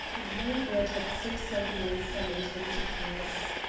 and why brett had so suddenly summoned him to paris.